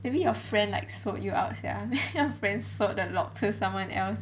maybe your friend like sold you out sia then you friend sold the lock to someone else